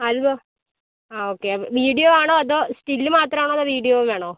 albo ആ okay video ആണോ അതോ സ്റ്റില്ല് മാത്രമാണോ അതോ വീഡിയോയും വേണോ